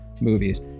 movies